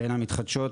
בין המתחדשות